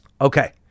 Okay